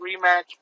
rematch